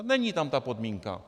Není tam ta podmínka.